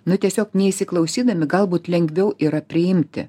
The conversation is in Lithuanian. nu tiesiog neįsiklausydami galbūt lengviau yra priimti